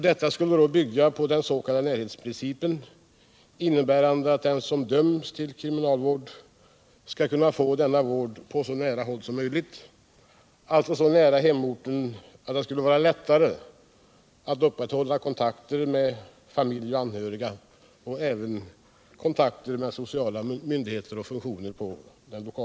Man skulle bygga på den s.k. närhetsprincipen, innebärande att den som döms till kriminalvård skall kunna få denna på så nära håll som möjligt, alltså så nära hemorten att det skulle vara lättare att upprätthålla kontakter med de anhöriga och med sociala myndigheter och funktioner på hemorten.